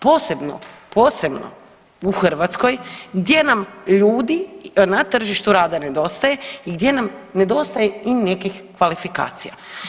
Posebno, posebno u Hrvatskoj gdje nam ljudi na tržištu rada nedostaje i gdje nam nedostaje i nekih kvalifikacija.